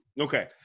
Okay